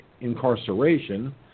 incarceration